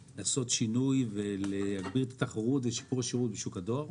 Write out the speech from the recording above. להגביר את התחרות ולשפר את השירות בשוק הדואר.